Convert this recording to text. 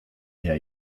her